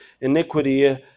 iniquity